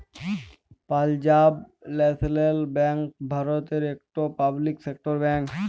Punjab national bank ভারতের ইকট public sector bank